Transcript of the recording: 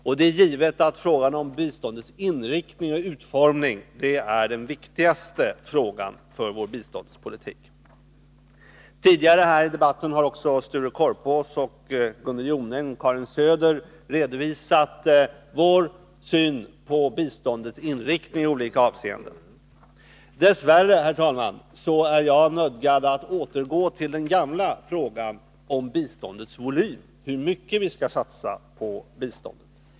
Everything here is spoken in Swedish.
Det är givet att frågan om biståndets inriktning och utformning är den viktigaste frågan för vår biståndspolitik. Tidigare här i debatten har Sture Korpås, Gunnel Jonäng och Karin Söder redovisat vår syn på biståndets inriktning i olika avseenden. Dess värre, herr talman, är jag nödgad att återgå till den gamla frågan om biståndets volym, hur mycket vi skall satsa på biståndet.